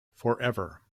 forever